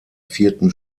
vierten